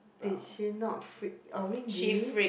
did she not freak orangey